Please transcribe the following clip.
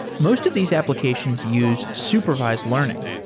most of these applications use supervised learning,